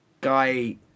guy